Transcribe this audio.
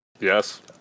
Yes